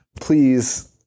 please